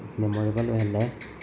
memorable ꯑꯣꯏꯍꯜꯂꯦ